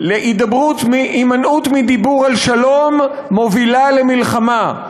הימנעות מדיבור על שלום מובילה למלחמה.